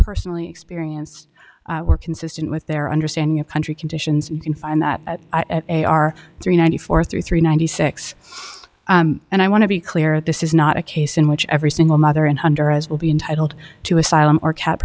personally experienced were consistent with their understanding of country conditions you can find that they are three ninety four three three ninety six and i want to be clear this is not a case in which every single mother in under has will be entitled to asylum or cat